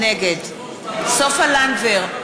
נגד סופה לנדבר,